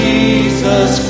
Jesus